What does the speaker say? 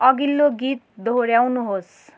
अघिल्लो गीत दोहोऱ्याउनुहोस्